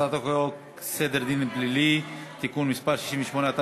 הצעת חוק סדר הדין הפלילי (תיקון מס' 68),